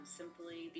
simply